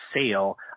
sale